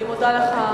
אדוני, אני מודה לך.